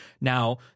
Now